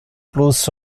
plus